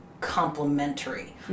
complementary